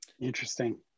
Interesting